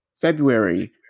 February